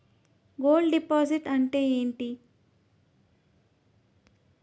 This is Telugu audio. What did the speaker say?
గోల్డ్ డిపాజిట్ అంతే ఎంటి?